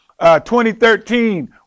2013